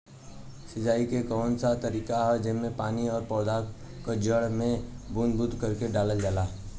सिंचाई क कउन सा तरीका ह जेम्मे पानी और पौधा क जड़ में बूंद बूंद करके डालल जाला?